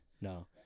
No